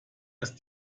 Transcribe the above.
ist